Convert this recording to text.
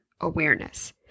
awareness